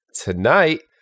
tonight